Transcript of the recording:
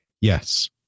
Yes